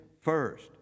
first